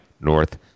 North